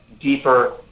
deeper